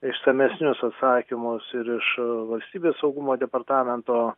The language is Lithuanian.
išsamesnius atsakymus ir iš valstybės saugumo departamento